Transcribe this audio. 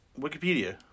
Wikipedia